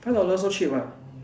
five dollar so cheap ah